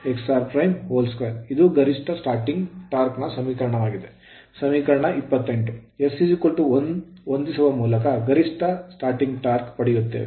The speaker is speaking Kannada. ಇದು ಗರಿಷ್ಠ starting torque ಆರಂಭಿಕ ಟಾರ್ಕ್ ನ ಸಮೀಕರಣವಾಗಿದೆ ಸಮೀಕರಣ 28 s 1 ಹೊಂದಿಸು ಮೂಲಕ ಗರಿಷ್ಠ starting torque ಆರಂಭಿಕ ಟಾರ್ಕ್ ಪಡೆಯುತ್ತೇವೆ